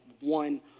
one